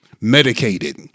medicated